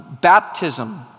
Baptism